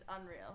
unreal